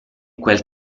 quel